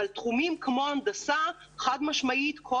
אבל תחומים כמו הנדסה חד-משמעית כל